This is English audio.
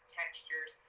textures